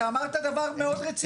אתה אמרת דבר מאוד רציני.